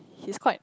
he quite